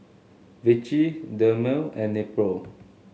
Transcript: Vichy Dermale and Nepro